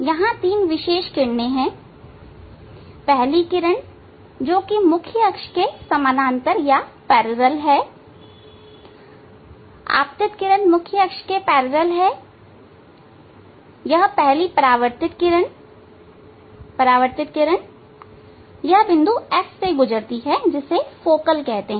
यहां तीन विशेष किरणें हैं पहली किरण जो कि मुख्य अक्ष के समानांतर हैआपतित किरण मुख्य अक्ष के समानांतर है यह पहली परावर्तित किरणपरावर्तित किरण एक बिंदु F से गुजरती है जिसे फोकल कहते हैं